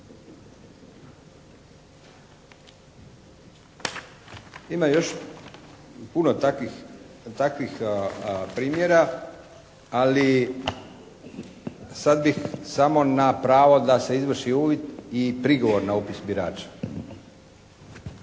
Ima još puno takvih primjera, ali sad bih samo na pravo da se izvrši uvid i prigovor na upis birača.